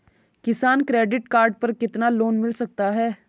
किसान credit card पर कितना लोंन मिल सकता है?